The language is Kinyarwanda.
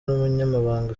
n’umunyamabanga